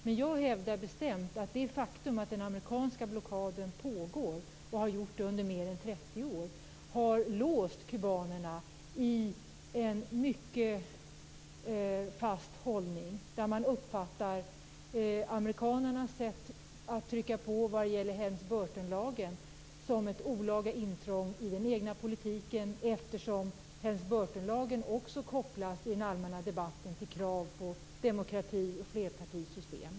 Men jag hävdar bestämt att det faktum att den amerikanska blockaden pågår, och har gjort det under mer än 30 år, har låst kubanerna i en mycket fast hållning. Man uppfattar amerikanernas sätt att trycka på vad gäller Helms-Burtonlagen som ett olaga intrång i den egna politiken, eftersom Helms-Burtonlagen också i den allmänna debatten kopplas till krav på demokrati och flerpartisystem.